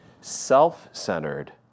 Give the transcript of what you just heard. self-centered